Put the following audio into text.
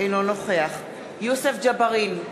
אינו נוכח יוסף ג'בארין,